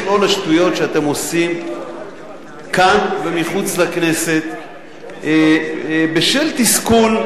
השטויות שאתם עושים כאן ומחוץ לכנסת בשל תסכול,